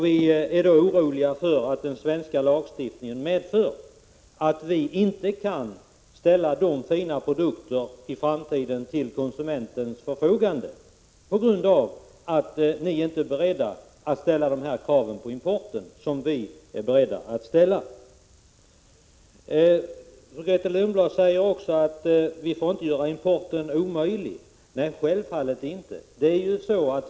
Vi är oroliga för att den svenska lagstiftningen skall medföra att vi inte skall kunna ställa våra fina produkter till konsumenternas förfogande i framtiden på grund av att socialdemokraterna inte är beredda att ställa de krav på importerade livsmedel som vi är beredda att ställa. Grethe Lundblad säger också att vi inte får omöjliggöra importen. Nej, självfallet inte.